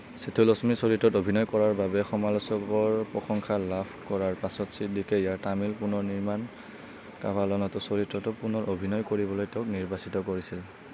সেথুলক্ষ্মীৰ চৰিত্ৰত অভিনয় কৰাৰ বাবে সমালোচকৰ প্ৰশংসা লাভ কৰাৰ পাছত ছিদ্দিকে ইয়াৰ তামিল পুনৰ্নিৰ্মাণ কাভালানতো চৰিত্ৰটো পুনৰ অভিনয় কৰিবলৈ তেওঁক নিৰ্বাচিত কৰিছিল